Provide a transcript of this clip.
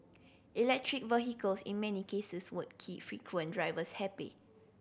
electric vehicles in many cases won't keep frequent drivers happy